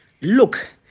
Look